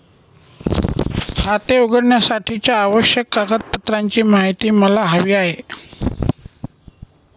खाते उघडण्यासाठीच्या आवश्यक कागदपत्रांची माहिती मला हवी आहे